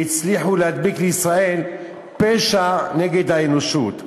והצליחו להדביק לישראל פשע נגד האנושות.